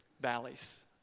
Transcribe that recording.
valleys